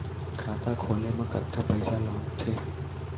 खाता खोले मा कतका पइसा लागथे?